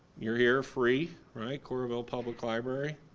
you're here free, right, coorabell public library,